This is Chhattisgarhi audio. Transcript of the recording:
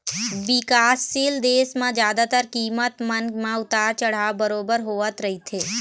बिकासशील देश म जादातर कीमत मन म उतार चढ़ाव बरोबर होवत रहिथे